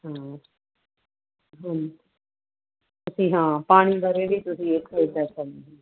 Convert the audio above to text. ਹਾਂ ਹਾਂ ਅਤੇ ਹਾਂ ਪਾਣੀ ਬਾਰੇ ਵੀ ਤੁਸੀਂ ਇੱਕ ਇੱਦਾਂ ਕਰਨਾ